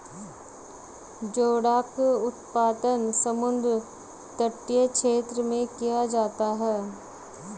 जोडाक उत्पादन समुद्र तटीय क्षेत्र में किया जाता है